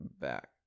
back